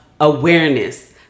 awareness